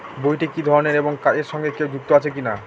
বইটি কি ধরনের এবং এর সঙ্গে কেউ যুক্ত আছে কিনা?